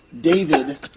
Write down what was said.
David